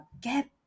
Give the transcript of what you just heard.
get